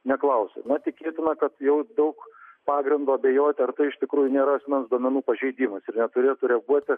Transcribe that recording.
neklausė na tikėtina kad jau daug pagrindo abejoti ar tai iš tikrųjų nėra asmens duomenų pažeidimas ar neturėtų reaguoti